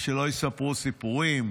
ושלא יספרו סיפורים.